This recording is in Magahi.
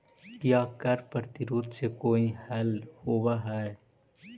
क्या कर प्रतिरोध से कोई हल होवअ हाई